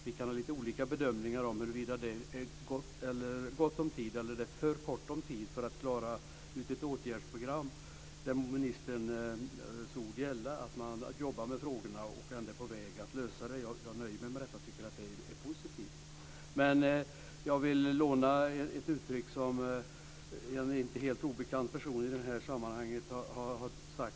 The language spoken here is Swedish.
Vi kan ha olika bedömningar om det var gott om tid eller för kort om tid för att klara ut ett åtgärdsprogram, där ministern säger att man jobbar med frågorna och är på väg att lösa dem. Jag nöjer mig med det - det är positivt. Jag vill låna ett uttryck som en i dessa sammanhang inte helt obekant person har sagt.